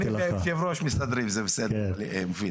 אני ויושב הראש מסתדרים, זה בסדר מופיד.